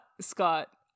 Scott